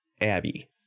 Abby